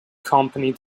company